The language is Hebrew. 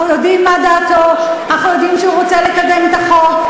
אנחנו יודעים שהוא רוצה לקדם את החוק.